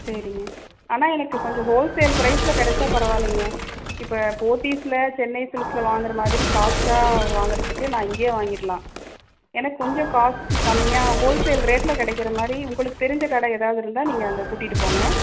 சரிங்க ஆனால் எனக்கு கொஞ்சம் ஹோல் சேல் ப்ரைஸில் கிடைச்சா பரவால்லைங்க இப்போ போத்தீஸில் சென்னை சில்க்ஸில் வாங்குற மாதிரி காஸ்ட்டாக வாங்குறதுக்கு நான் இங்கேயே வாங்கிகலாம் எனக்கு கொஞ்சம் காசு கம்மியாக ஹோல் சேல் ரேட்டில் கிடைக்கிற மாதிரி உங்களுக்கு தெரிஞ்ச கடை எதாவது இருந்தா நீங்கள் அங்கே கூட்டிகிட்டு போங்க